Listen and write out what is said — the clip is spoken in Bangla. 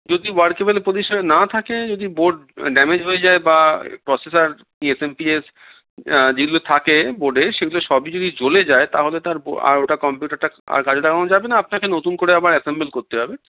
যদি ওয়ার্কেবেল পজিশানে না থাকে যদি বোর্ড ড্যামেজ হয়ে যায় বা প্রসেসার এসএমপিএস যেগুলো থাকে বোর্ডে সেগুলো সবই যদি চলে যায় তাহলে তার আর ওটা কম্পিউটারটা আর কাজে গো যাবে না আপনাকে নতুন করে আবার অ্যাসেম্বল করতে হবে